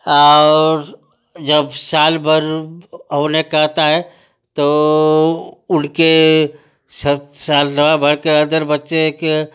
और जब साल भर होने का आता है तो उनके सब अदर बच्चे के